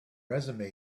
resume